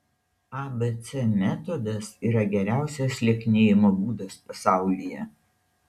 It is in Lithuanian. abc metodas yra geriausias lieknėjimo būdas pasaulyje